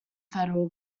federal